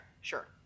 sure